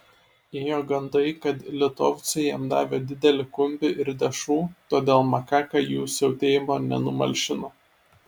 ėjo gandai kad litovcai jam davė didelį kumpį ir dešrų todėl makaka jų siautėjimo nenumalšino